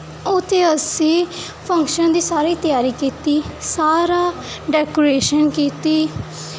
ਉੱਥੇ ਅਸੀਂ ਫੰਕਸ਼ਨ ਦੀ ਸਾਰੀ ਤਿਆਰੀ ਕੀਤੀ ਸਾਰੀ ਡੈਕੋਰੇਸ਼ਨ ਕੀਤੀ